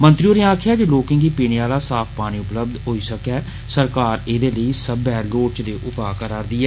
मंत्री होरें आक्खेआ जे लोकें गी पीने आला साफ पानी उपलब्ध होई सकै सरकार ऐदे लेई सब्बै लोड़चदे उपा करा'रदी ऐ